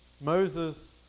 Moses